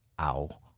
Ow